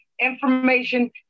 information